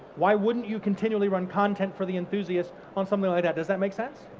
why wouldn't you continually run content for the enthusiasts on something like that? does that make sense?